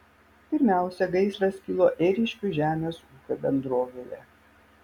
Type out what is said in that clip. pirmiausia gaisras kilo ėriškių žemės ūkio bendrovėje